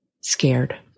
scared